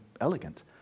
elegant